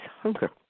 hunger